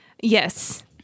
Yes